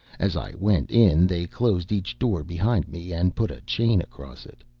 as i went in they closed each door behind me, and put a chain across it.